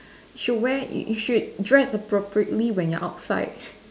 she wear you you should dress appropriately when you're outside